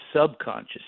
subconscious